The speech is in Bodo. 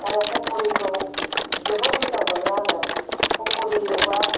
आरो पक'रिखौ जोबोद मोजां मोनो आङो पक'रि एवबा